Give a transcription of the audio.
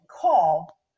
call